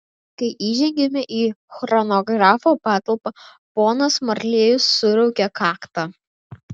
kai įžengėme į chronografo patalpą ponas marlėjus suraukė kaktą